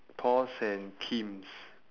paul's and kim's